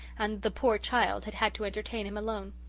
and the poor child had had to entertain him alone.